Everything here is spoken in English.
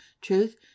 truth